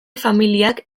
familiak